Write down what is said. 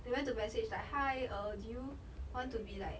they went to message like hi uh do you want to be like